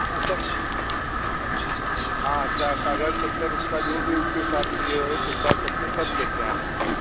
हाँ सब कागज का हाँ चा कागज पत्तर उसका जो भी उसके साथ लिए हो डब्बा सब्बा सब ले कर आना है